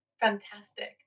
Fantastic